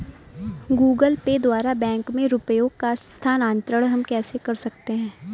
Google Pay द्वारा bank में रुपयों का स्थानांतरण हम कैसे कर सकते हैं?